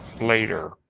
later